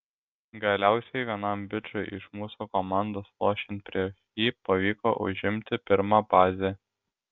galiausiai vienam bičui iš mūsų komandos lošiant prieš jį pavyko užimti pirmą bazę